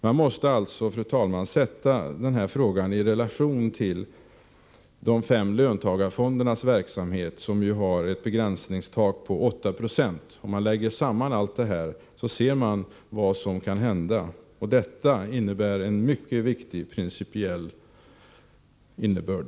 Man måste alltså, fru talman, sätta den här frågan i relation till de fem löntagarfondernas verksamhet, som ju var och en har ett begränsningstak på 8 20. Om man lägger samman allt det här, ser man vad som kan hända. Detta har en mycket viktig principiell innebörd.